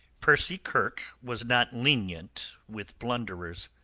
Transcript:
percy kirke was not lenient with blunderers.